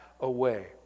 away